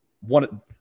one